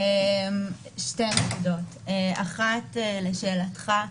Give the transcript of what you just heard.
האחת, לשאלתך,